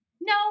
No